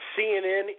CNN